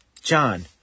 John